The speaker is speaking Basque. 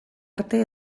arte